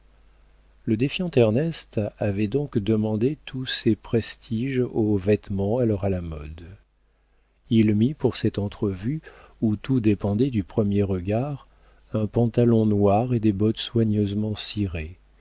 le défiant ernest avait donc demandé tous ses prestiges au vêtement alors à la mode il mit pour cette entrevue où tout dépendait du premier regard un pantalon noir et des bottes soigneusement cirées